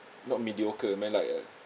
not mediocre I mean like a